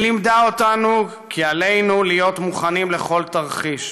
היא לימדה אותנו כי עלינו להיות מוכנים לכל תרחיש